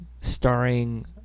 starring